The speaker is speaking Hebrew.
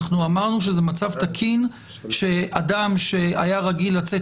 אנחנו אמרנו שזה מצב תקין שאדם שהיה רגיל לצאת